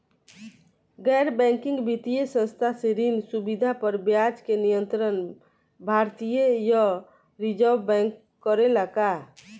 गैर बैंकिंग वित्तीय संस्था से ऋण सुविधा पर ब्याज के नियंत्रण भारती य रिजर्व बैंक करे ला का?